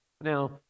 Now